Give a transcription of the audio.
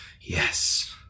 Yes